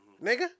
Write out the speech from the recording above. nigga